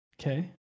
Okay